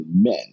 men